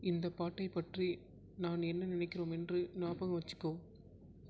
இந்த பாட்டை பற்றி நான் என்ன நினைக்கின்றோம் என்று ஞாபகம் வெச்சுக்கோ